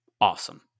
awesome